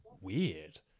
weird